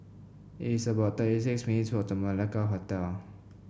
it is about thirty six minutes' walk to Malacca Hotel